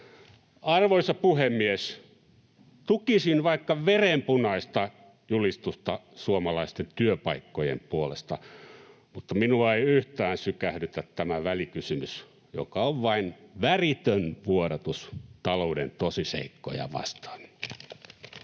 Arvoisa puhemies! Tukisin vaikka verenpunaista julistusta suomalaisten työpaikkojen puolesta, mutta minua ei yhtään sykähdytä tämä välikysymys, joka on vain väritön vuodatus talouden tosiseikkoja vastaan.